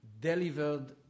delivered